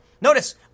Notice